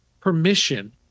permission